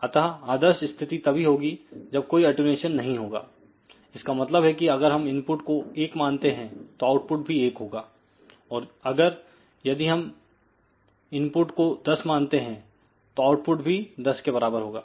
अतः आदर्श स्थिति तभी होगी जब कोईअटेंन्यूशन नहीं होगा इसका मतलब है कि अगर हम इनपुट को एक मानते हैं तो आउटपुट भी एक होगा और अगर यदि हम इनपुट को 10 मानते हैं तो आउटपुट भी 10 के बराबर होगा